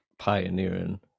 pioneering